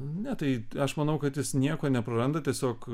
ne tai aš manau kad jis nieko nepraranda tiesiog